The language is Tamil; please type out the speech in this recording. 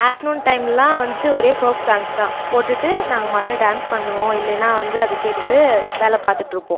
ஆஃப்நூன் டைம்லாம் வந்துட்டு ஒரே ஃபோக் சாங்ஸ் தான் போட்டுட்டு நாங்கள் மாட்டுனு டேன்ஸ் பண்ணுவோம் இல்லேனால் வந்து அதை கேட்டுகிட்டு வேலை பார்த்துட்ருப்போம்